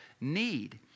need